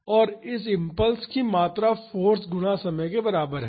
और इस इम्पल्स की मात्रा फाॅर्स गुणा समय के बराबर है